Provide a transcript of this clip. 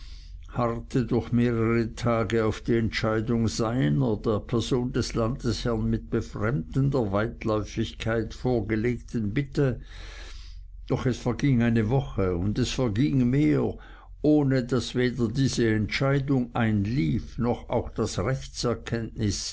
harrte durch mehrere tage auf die entscheidung seiner der person des landesherrn mit befremdender weitläuftigkeit vorgelegten bitte doch es verging eine woche und es verging mehr ohne daß weder diese entscheidung einlief noch auch das